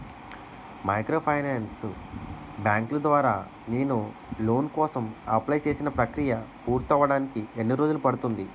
Microfinance బ్యాంకుల ద్వారా నేను లోన్ కోసం అప్లయ్ చేసిన ప్రక్రియ పూర్తవడానికి ఎన్ని రోజులు పడుతుంది?